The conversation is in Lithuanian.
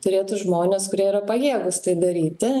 turėtų žmonės kurie yra pajėgūs tai daryti